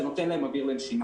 זה נותן להם אוויר לנשימה.